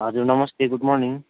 हजुर नमस्ते good morning